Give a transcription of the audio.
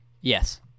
Yes